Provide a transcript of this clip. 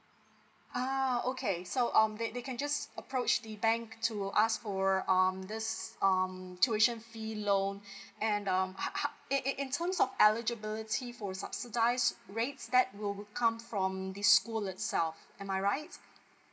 ah okay so um they they can just approach the bank to ask for um this um tuition fee loan and um how how in terms of eligibility for subsidise rate that will come from the school itself am I right